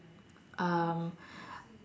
um